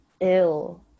ill